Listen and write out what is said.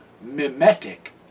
mimetic